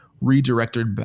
redirected